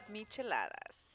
Micheladas